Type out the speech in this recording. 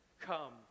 come